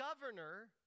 governor